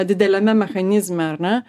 dideliame mechanizme ar ne